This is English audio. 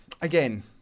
Again